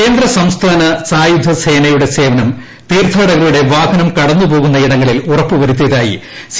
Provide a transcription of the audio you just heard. കേന്ദ്ര സംസ്ഥാന സായുധ സേനയുടെ സേവനം തീർത്ഥാടകരുടെ വാഹനം കടന്നുപോകുന്ന ഇടങ്ങളിൽ ഉറപ്പുവരുത്തിയതായി സി